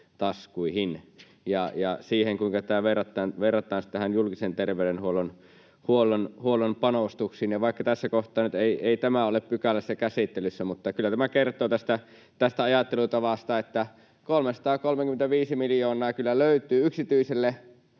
ja sitä, kuinka tätä verrattaisiin julkisen terveydenhuollon panostuksiin. Vaikka tämä ei nyt ole tässä kohtaa pykälässä käsittelyssä, niin kyllä tämä kertoo tästä ajattelutavasta, että 335 miljoonaa kyllä löytyy yksityiselle